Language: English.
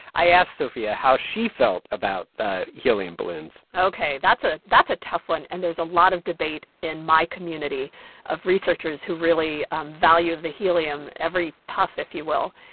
i asked sophia how she felt about helium helium balloons ok. that's ah that's a tough one. and there's a lot of debate in my community of researchers who really value the helium, every puff, if you will.